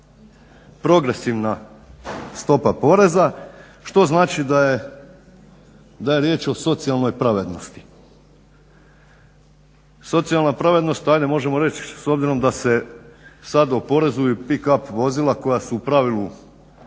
progresivna stopa poreza, što znači da je riječ o socijalnoj pravednosti. Socijalna pravednost ajde možemo reći s obzirom da se sada oporezuju i Pickup vozila koja su u pravilu